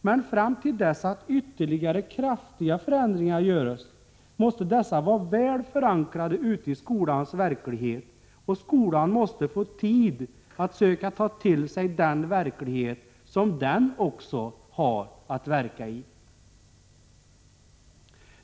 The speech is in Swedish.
Men fram till dess att ytterligare kraftiga förändringar görs måste dessa vara väl förankrade ute i skolans verklighet, och skolan måste få tid att söka ta till sig den verklighet som den också har att verka i.